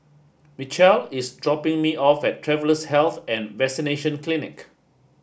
Mitchell is dropping me off at Travellers' Health and Vaccination Clinic